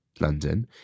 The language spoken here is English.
London